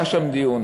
היה שם דיון.